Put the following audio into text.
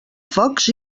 focs